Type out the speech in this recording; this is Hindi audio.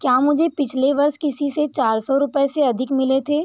क्या मुझे पिछले वर्ष किसी से चार सौ रुपये से अधिक मिले थे